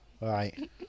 Right